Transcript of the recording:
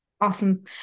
Awesome